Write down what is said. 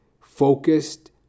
focused